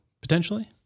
potentially